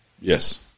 Yes